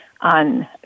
on